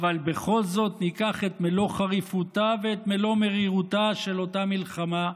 אבל בכל זאת ניקח את מלוא חריפותה ואת מלוא מרירותה של אותה מלחמה,